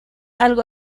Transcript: algo